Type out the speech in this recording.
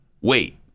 Wait